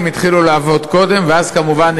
יצאו לחיים האזרחיים,